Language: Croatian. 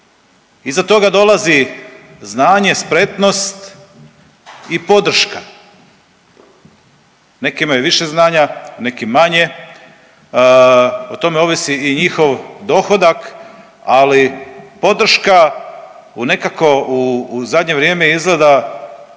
iza toga dolazi znanje, spretnost i podrška, neki imaju više znanja, neki manje, o tome ovisi i njihov dohodak ali podrška u nekako u zadnje vrijeme izgleda